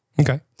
Okay